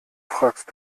fragst